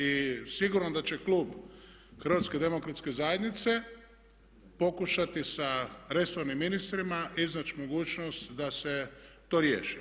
I sigurno da će klub HDZ-a pokušati sa resornim ministrima iznaći mogućnost da se to riješi.